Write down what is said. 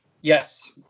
Yes